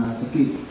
sakit